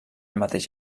mateix